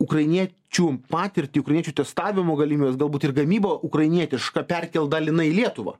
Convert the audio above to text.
ukrainiečių patirtį ukrainiečių testavimo galimybes galbūt ir gamybą ukrainietišką perkelt dalinai į lietuvą